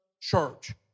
church